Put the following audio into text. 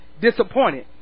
disappointed